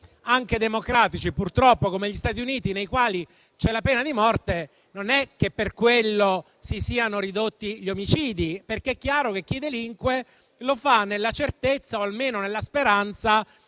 anche democratici purtroppo, come gli Stati Uniti, nei quali c'è la pena di morte, ma non per quello si sono ridotti gli omicidi, perché è chiaro che chi delinque lo fa nella certezza, o almeno nella speranza,